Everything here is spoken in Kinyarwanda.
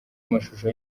amashusho